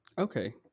Okay